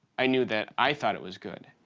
i knew that i thought it was good.